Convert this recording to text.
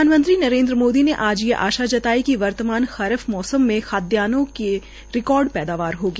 प्रधानमंत्री नरेंद्र मोदी ने आज आशा जताई कि वर्तमान खरीफ मौसम में खादयानों का रिकार्ड पैदावार होगी